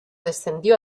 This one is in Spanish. descendió